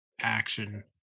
action